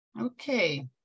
Okay